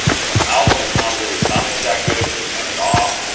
if an album is not really sounding that good, we turn it off.